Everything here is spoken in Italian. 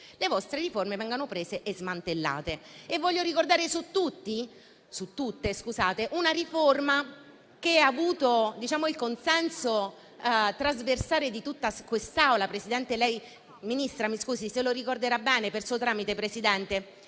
le vostre riforme vengano prese e smantellate. Voglio ricordare, su tutte, una riforma che ha avuto il consenso la trasversale di tutta l'Assemblea. Lei, Ministra, se lo ricorderà bene (per suo tramite, Presidente).